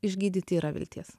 išgydyti yra vilties